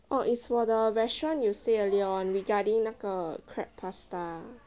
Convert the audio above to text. oh is for the restaurant you say earlier [one] regarding 那个 crab pasta